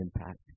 impact